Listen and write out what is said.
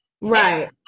Right